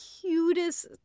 cutest